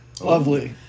Lovely